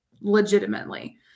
Legitimately